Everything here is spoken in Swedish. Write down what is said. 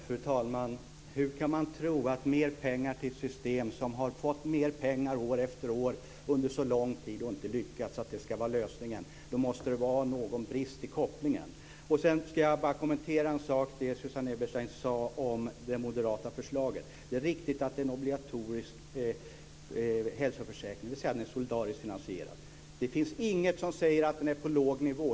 Fru talman! Hur kan man tro att mer pengar till ett system som har fått mer pengar år efter år under så lång tid och inte har lyckats ska vara lösningen? Då måste det vara någon brist i kopplingen. Jag ska bara kommentera en sak till, nämligen det som Susanne Eberstein sade om det moderata förslaget. Det är riktigt att det talas om en obligatorisk hälsoförsäkring, dvs. att den är solidariskt försäkrad. Men det finns inget som säger att den är på låg nivå.